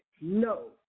No